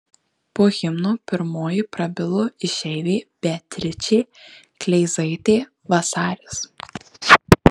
po himno pirmoji prabilo išeivė beatričė kleizaitė vasaris